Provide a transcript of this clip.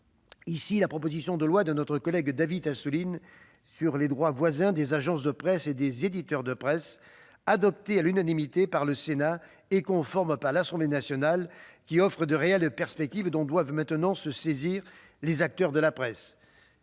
ici, la proposition de loi de notre collègue David Assouline tendant à créer un droit voisin au profit des agences de presse et des éditeurs de presse, adoptée à l'unanimité par le Sénat et adoptée conforme par l'Assemblée nationale. Ce texte offre de réelles perspectives, dont doivent maintenant se saisir les acteurs de la presse.